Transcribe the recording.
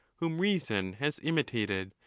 whom reason has imitated,